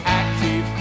active